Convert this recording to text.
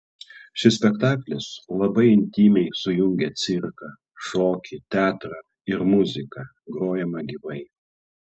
šis spektaklis labai intymiai sujungia cirką šokį teatrą ir muziką grojamą gyvai